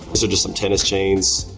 these are just some tennis chains.